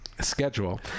Schedule